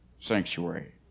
sanctuary